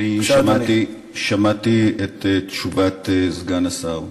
שמעתי את תשובת סגן השר,